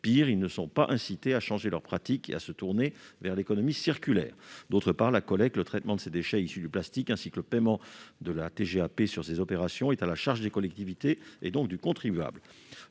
Pis, ils ne sont pas incités à changer leurs pratiques et à se tourner vers l'économie circulaire. D'autre part, la collecte et le traitement de ces déchets issus du plastique, ainsi que le paiement de la TGAP sur ces opérations, sont à la charge des collectivités, ce qui se répercute